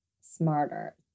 smarter